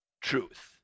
truth